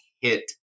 hit